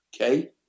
okay